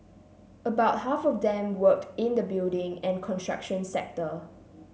about half of them worked in the building and construction sector